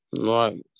Right